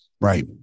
right